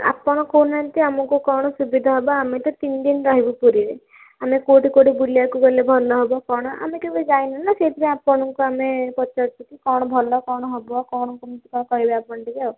ଆପଣ କହୁନାହାନ୍ତି ଆମକୁ କ'ଣ ସୁବିଧା ହେବ ଆମେ ତ ତିନିଦିନ ରହିବୁ ପୁରୀରେ ଆମେ କେଉଁଠି କେଉଁଠି ବୁଲିବାକୁ ଗଲେ ଭଲ ହେବ କ'ଣ ଆମେ କେବେ ଯାଇନୁ ନା ସେଇଥିପାଇଁ ଆପଣଙ୍କୁ ଆମେ ପଚାରୁଛୁ କି କ'ଣ ଭଲ କ'ଣ ହେବ କ'ଣ କେମିତି କ'ଣ କହିବେ ଆପଣ ଟିକିଏ ଆଉ